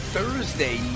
Thursday